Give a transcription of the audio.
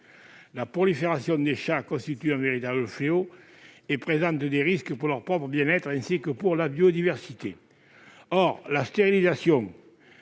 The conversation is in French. La prolifération de chats constitue un véritable fléau et présente des risques pour leur propre bien-être, ainsi que pour la biodiversité. Or la stérilisation